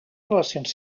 relacions